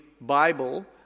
Bible